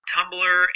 Tumblr